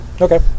Okay